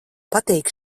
patīk